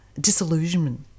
Disillusionment